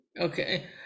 okay